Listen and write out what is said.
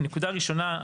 נקודה ראשונה,